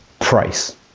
price